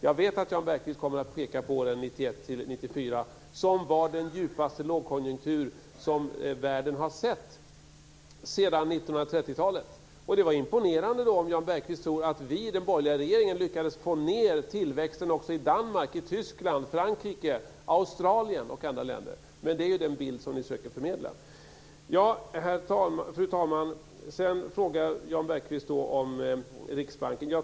Jag vet att Jan Bergqvist kommer att peka på åren 1991-1994, som var den djupaste lågkonjunktur som världen har sett sedan 1930-talet. Det är imponerande om Jan Bergqvist tror att vi i den borgerliga regeringen lyckades få ned tillväxten också i Danmark, Tyskland, Frankrike, Australien och andra länder. Det är den bild som ni försöker förmedla. Fru talman! Sedan frågar Jan Bergqvist om Riksbanken.